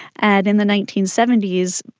and in the nineteen seventy s,